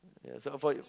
ya so avoid you